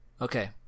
Okay